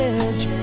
edge